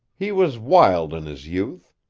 he was wild in his youth.